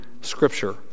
scripture